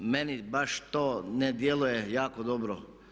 Meni baš to ne djeluje jako dobro.